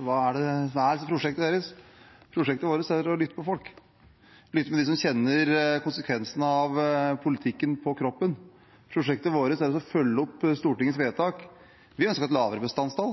Hva er det Senterpartiet egentlig driver med? Hva er prosjektet deres? Jo, prosjektet vårt er å lytte til folk, lytte til dem som kjenner konsekvensene av politikken på kroppen. Prosjektet vårt er å følge opp Stortingets vedtak. Vi ønsket et lavere bestandsmål,